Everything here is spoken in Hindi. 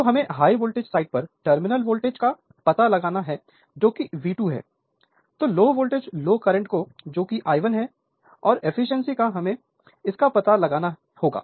तो हमें हाई वोल्टेज साइड पर टर्मिनल वोल्टेज का पता लगाना है जो कि V2 है तो लो वोल्टेज लो करंट जो कि I1 है और एफिशिएंसी का हमें इसका पता लगाना होगा